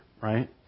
right